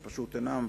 הם פשוט אינם,